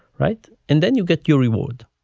right? and then you get your reward